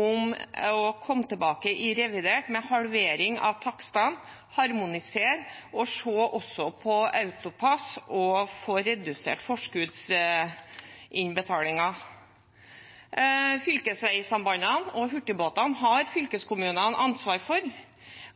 om å komme tilbake i revidert med halvering av takstene, harmonisere og se også på AutoPASS og få redusert forskuddsinnbetalingen. Fylkesveisambandene og hurtigbåtene har fylkeskommunene ansvar for,